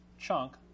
chunk